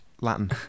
Latin